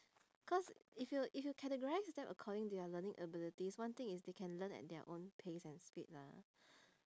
cause if you if you categorise them according to their learning abilities one thing is they can learn at their own pace and speed lah